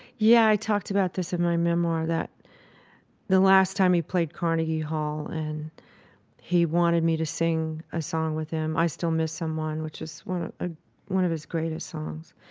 yeah, i talked about this in my memoir, that the last time he played carnegie hall and he wanted me to sing a song with him i still miss someone, which is one ah ah one of his greatest songs.